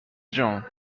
جون